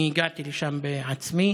אני הגעתי לשם בעצמי.